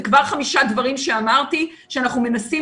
זה כבר חמישה דברים שאמרתי שאנחנו מנסים